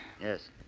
Yes